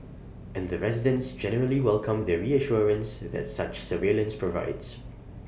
and the residents generally welcome the reassurance that such surveillance provides